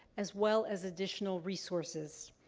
as well as additional resources.